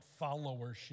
followership